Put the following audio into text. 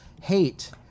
hate